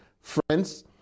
Friends